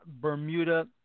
Bermuda